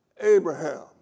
Abraham